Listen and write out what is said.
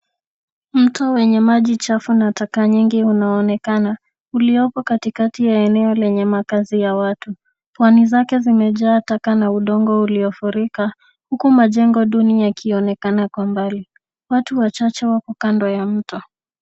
Mto wenye maji chafu na taka nyingi unaonekana uliopo katikati ya eneo lenye makazi ya watu. Pwani zake zimejaa taka na udongo uliofurika huku majengo duni yakionekana kwa mbali. Watu wachache wako kando ya mto.